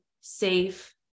safe